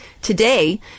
Today